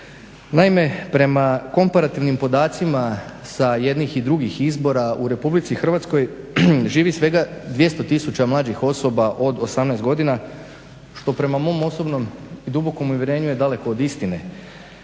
Naime, prema komparativnim podacima sa jednih i drugih izbora u RH živi svega 200 tisuća mlađih osoba od 18 godina što prema mom osobnom i dubokom uvjerenju je daleko od istine